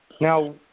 Now